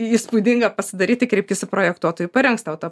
įspūdingą pasidaryti kreipkis į projektuotoją parengs tau tą